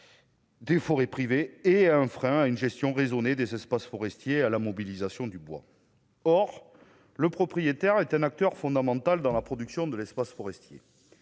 Des forêts privées et un frein à une gestion raisonnée des espaces forestiers à la mobilisation du bois, or le propriétaire est un acteur fondamental dans la production de l'espace forestier,